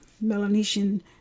Melanesian